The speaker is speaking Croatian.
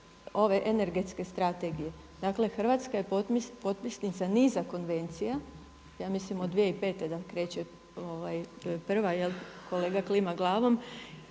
ove energetske strategije, dakle Hrvatska je potpisnica niza konvencija, ja mislim od 2005. da kreće prva, kolega klima glavom,